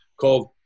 called